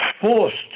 forced